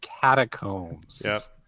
catacombs